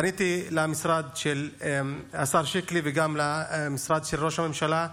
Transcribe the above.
פניתי למשרד של השר שקלי וגם למשרד של ראש הממשלה,